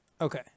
Okay